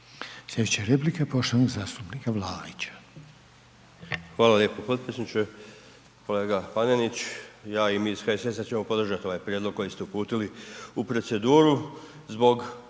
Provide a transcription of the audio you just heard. Sljedeća replika poštovanog zastupnika Lovrinovića.